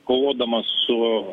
kovodamas su